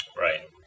Right